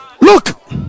Look